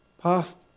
Past